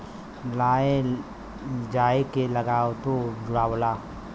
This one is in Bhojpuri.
लाए ले जाए के लागतो जुड़ाला